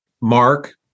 Mark